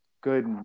good